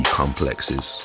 complexes